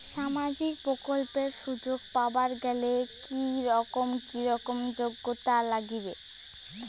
সামাজিক প্রকল্পের সুযোগ পাবার গেলে কি রকম কি রকম যোগ্যতা লাগিবে?